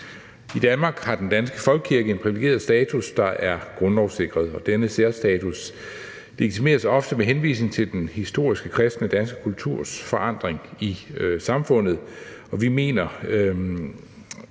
I Danmark har den danske folkekirke en privilegeret status, det er grundlovssikret. Denne særstatus legitimeres ofte med henvisning til den historiske kristne danske kulturs forankring i samfundet, og vi mener,